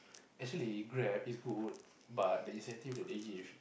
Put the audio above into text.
actually Grab is good but the incentive that they give